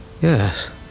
Yes